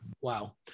Wow